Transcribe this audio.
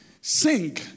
Sing